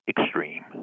extreme